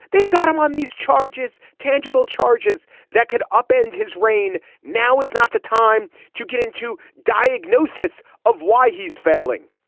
they've got him on these charges tangible charges that could upend his reign now is not the time to get into diagnosis of why he's failing.